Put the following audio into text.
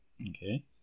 Okay